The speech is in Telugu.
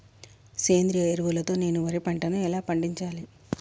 సేంద్రీయ ఎరువుల తో నేను వరి పంటను ఎలా పండించాలి?